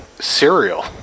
cereal